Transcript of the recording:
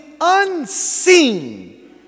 unseen